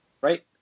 right